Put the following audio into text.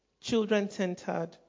children-centered